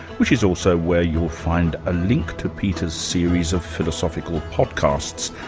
which is also where you'll find a link to peter's series of philosophical podcasts.